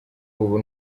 ubu